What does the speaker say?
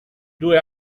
due